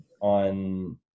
on